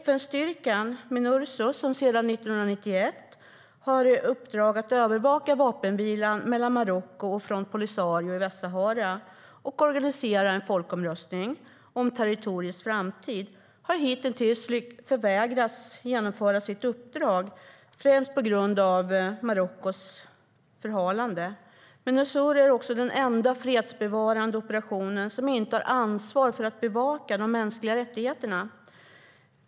FN-styrkan Minurso, som sedan 1991 har till uppdrag att övervaka vapenvilan mellan Marocko och Front Polisario i Västsahara och att organisera en folkomröstning om territoriets framtid, har hittills förvägrats att genomföra sitt uppdrag, främst på grund av Marockos förhalande. Minurso är den enda fredsbevarande operation som inte har ansvar för att bevaka de mänskliga rättigheterna.